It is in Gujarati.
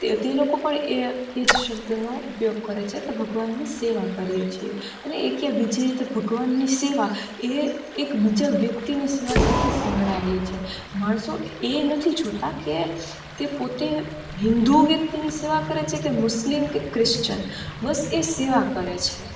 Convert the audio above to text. તે તે લોકો પણ એ જ શબ્દનો ઉપયોગ કરે છે તો ભગવાનની સેવા કરી છે અને એક કે બીજી રીતે તો ભગવાનની સેવા એ એક બીજા વ્યક્તિની સેવા સાથે સંકળાયેલી છે માણસો એ નથી જોતા કે તે પોતે હિન્દુ વ્યક્તિની સેવા કરે છે કે મુસ્લિમ કે ક્રિશ્ચન બસ એ સેવા કરે છે